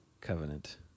Covenant